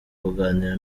kuganira